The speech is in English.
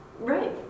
right